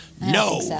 no